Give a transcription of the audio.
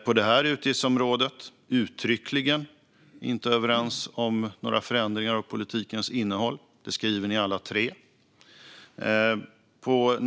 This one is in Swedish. På det här utgiftsområdet är man uttryckligen inte överens om några förändringar av politikens innehåll. Det skriver ni alla tre, Markus Wiechel.